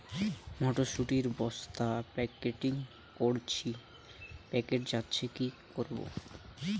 মটর শুটি বস্তা প্যাকেটিং করেছি পেকে যাচ্ছে কি করব?